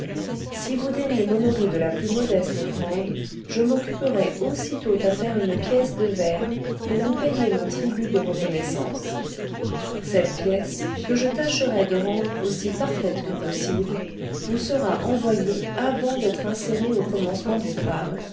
si vous daignez m'honorer de la plus modeste offrande je m'occuperai aussitôt à faire une pièsse de vers pour vous payer mon tribu de reconnaissance cette pièsse que je tacherai de rendre aussi parfaite que possible vous sera envoyée avant d'être insérée au commencement du drame